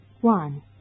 One